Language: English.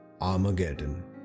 Armageddon